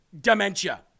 Dementia